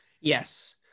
Yes